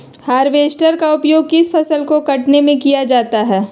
Harvester का उपयोग किस फसल को कटने में किया जाता है?